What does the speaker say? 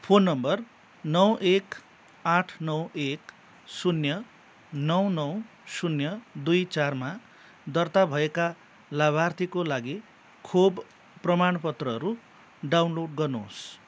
phone number नौ एक आठ नौ एक शून्य नौ नौ शून्य दुई चारमा दर्ता भएका लाभार्थीको लागि खोप प्रमाणपत्रहरू डाउनलोड गर्नुहोस्